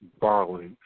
barley